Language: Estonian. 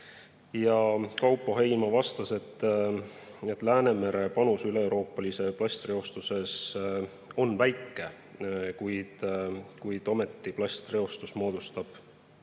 Kaupo Heinma vastas, et Läänemere panus üleeuroopalises plastireostuses on väike, kuid ometi plastireostus moodustab